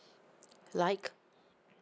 like